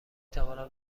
توانم